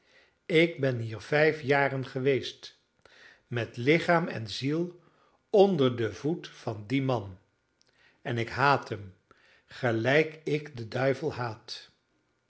ik ben hier vijf jaren geweest met lichaam en ziel onder den voet van dien man en ik haat hem gelijk ik den duivel haat